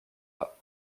pas